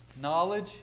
Knowledge